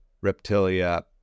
Reptilia